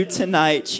tonight